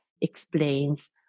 explains